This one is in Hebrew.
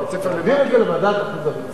להעביר את זה לוועדת החוץ והביטחון.